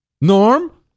Norm